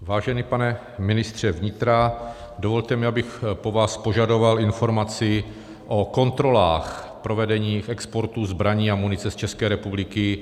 Vážený pane ministře vnitra, dovolte mi, abych po vás požadoval informaci o kontrolách provedených v exportu zbraní a munice z České republiky.